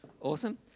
Awesome